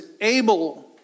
able